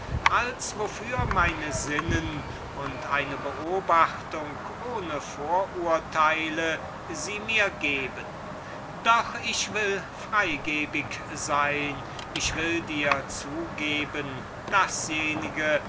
als wofür meine sinnen und eine beobachtung ohne vorurteile sie mir geben doch ich will freigebig sein ich will dir zugeben dasjenige